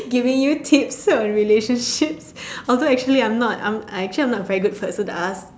giving you tips on relationships although actually I'm not actually I'm not a very good person to ask